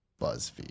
BuzzFeed